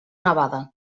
nevada